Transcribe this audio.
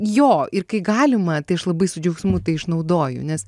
jo ir kai galima tai aš labai su džiaugsmu tai išnaudoju nes